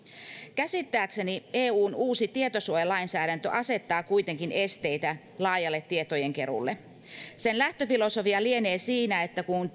käsittääkseni eun uusi tietosuojalainsäädäntö asettaa kuitenkin esteitä laajalle tietojenkeruulle sen lähtöfilosofia lienee siinä että kun